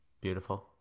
Beautiful